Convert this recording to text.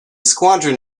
squadron